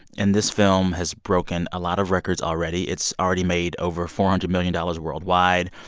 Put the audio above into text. and this film has broken a lot of records already. it's already made over four hundred million dollars worldwide,